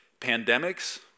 Pandemics